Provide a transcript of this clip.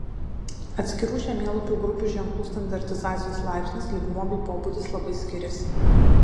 atskirų žemėlapių grupių ženklų standartizacijos laipsnis lygmuo bei pobūdis labai skiriasi